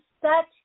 set